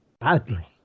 badly